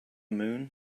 moon